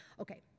Okay